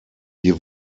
hier